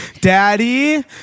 daddy